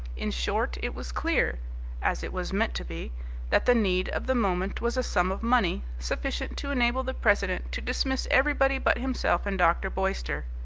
in short it was clear as it was meant to be that the need of the moment was a sum of money sufficient to enable the president to dismiss everybody but himself and dr. boyster.